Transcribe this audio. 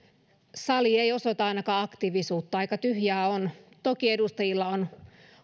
sali ei ainakaan osoita aktiivisuutta aika tyhjää on toki edustajilla on